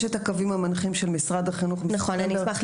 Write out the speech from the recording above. יש את הקווים המנחים של משרד החינוך שבפירוש